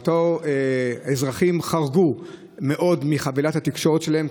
אזרחים חרגו מאוד מחבילת התקשורת שלהם,